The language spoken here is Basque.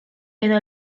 edo